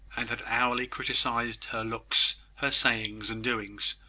and had hourly criticised her looks, her sayings, and doings,